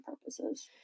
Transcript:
purposes